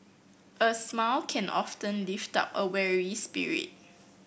a smile can often lift up a weary spirit